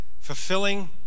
fulfilling